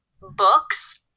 books